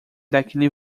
daquele